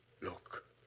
Look